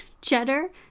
Cheddar